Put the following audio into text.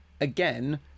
again